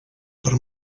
per